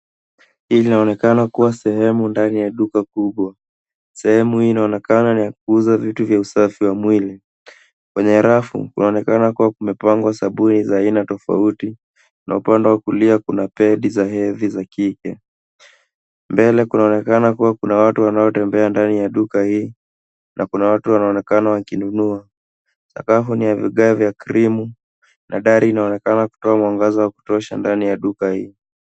Hii linaonekana kuwa sehemu ndani ya duka kubwa. Sehemu hii inaonekana ni ya kuuza vitu vya usafi wa mwili. Kwenye rafu kunaonekana kuwa kumepangwa sabuni za aina tofauti na upande wa kulia kuna pedi za hedhi za kike. Mbele kunaonekana kuwa kuna watu wanaotembea ndani ya duka hii na kuna watu wanaoonekana wakinunua. Sakafu ni ya vigae ya cream na dari inaonekana kutoa mwangaza wa kutosha ndani ya duka hii.